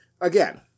again